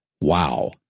wow